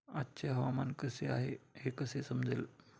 आजचे हवामान कसे आहे हे कसे समजेल?